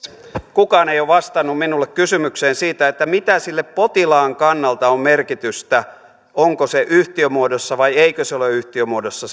kukaan ei ole vastannut minulle kysymykseen siitä mitä sille potilaan kannalta on merkitystä onko se palveluntuottaja yhtiömuodossa vai eikö se ole yhtiömuodossa